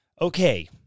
Okay